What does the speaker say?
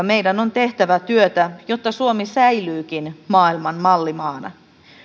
meidän on tehtävä työtä jotta suomi säilyykin maailman mallimaana